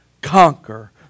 conquer